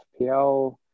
FPL